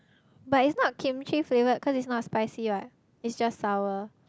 but it's not kimchi flavoured cause it's not spicy what it's just sour